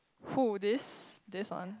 who this this one